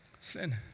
Sin